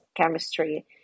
chemistry